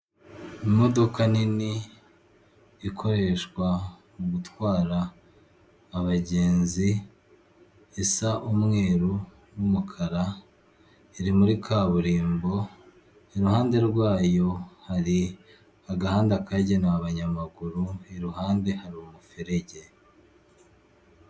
Imodoka nini ikoreshwa mu gutwara abagenzi isa umweru n'umukara iri muri kaburimbo, iruhande rwayo hari agahanda kagenewe abanyamaguru iruhande hari umuferege.